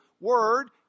word